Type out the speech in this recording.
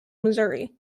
missouri